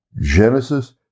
Genesis